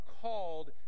called